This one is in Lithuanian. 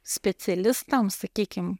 specialistams sakykim